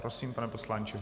Prosím, pane poslanče.